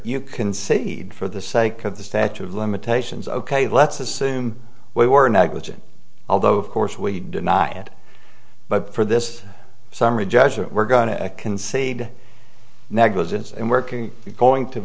you concede for the sake of the statute of limitations ok let's assume we were negligent although of course we deny it but for this summary judgment we're going to concede negligence and working going to